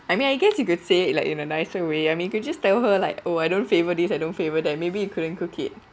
I mean I guess you could say it like in a nicer way I mean you could just tell her like oh I don't favour this I don't favour that maybe you couldn't cook it